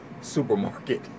supermarket